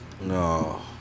No